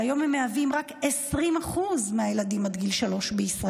שהיום הם רק 20% מהילדים עד גיל שלוש בישראל,